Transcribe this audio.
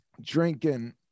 drinking